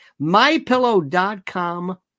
MyPillow.com